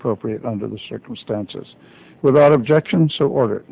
appropriate under the circumstances without objection so order